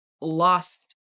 lost